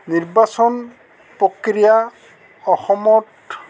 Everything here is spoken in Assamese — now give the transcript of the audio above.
নিৰ্বাচন প্ৰক্ৰিয়া অসমত